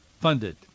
funded